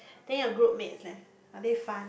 then your group mates leh are they fun